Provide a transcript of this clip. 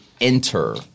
enter